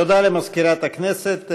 תודה למזכירת הכנסת.